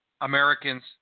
Americans